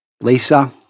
Lisa